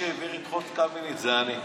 מי שהעביר את חוק קמיניץ זה אני.